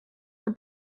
for